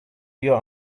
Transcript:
your